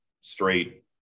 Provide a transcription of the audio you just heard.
straight